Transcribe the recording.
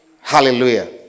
Hallelujah